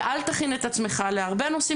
ואל תכין את עצמך להרבה נושאים,